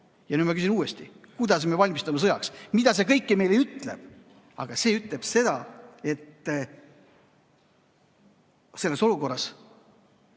Ja nüüd ma küsin uuesti: kuidas me valmistume sõjaks? Mida kõike see meile ütleb? Aga see ütleb seda, et selles olukorras